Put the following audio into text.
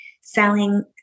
selling